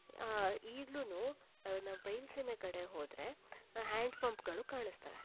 ಈಗಲೂ ನಾವು ಬಯಲು ಸೀಮೆ ಕಡೆ ಹೋದರೆ ಆ ಹ್ಯಾಂಡ್ ಪಂಪ್ಗಳು ಕಾಣಿಸ್ತವೆ